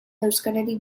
euskararik